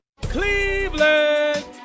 cleveland